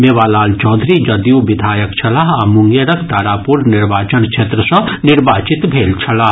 मेवालाल चौधरी जदयू विधायक छलाह आ मुंगेरक तारापुर निर्वाचन क्षेत्र सँ निर्वाचित भेल छलाह